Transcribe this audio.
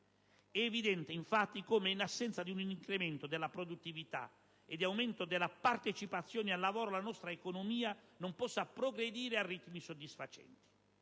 È evidente infatti come, in assenza di un incremento della produttività e di un aumento della partecipazione al lavoro, la nostra economia non possa progredire a ritmi soddisfacenti: